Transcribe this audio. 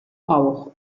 auch